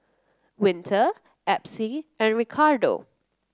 Winter Epsie and Ricardo